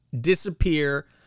disappear